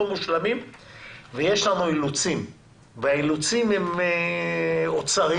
מושלמים ויש לנו אילוצים והאילוצים הם אוצריים.